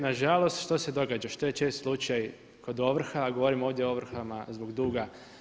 Na žalost što se događa što je čest slučaj kod ovrha, a govorim ovdje o ovrhama zbog duga.